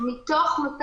מתוך 200 חולים,